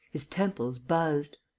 his temples buzzed.